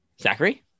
zachary